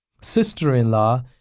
sister-in-law